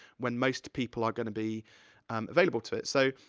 when most people are gonna be available to it, so,